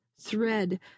thread